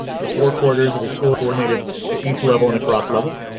the four quarters of the school coordinated at each level and across level,